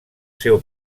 seu